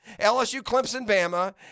LSU-Clemson-Bama